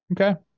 Okay